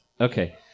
Okay